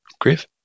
Griff